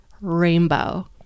rainbow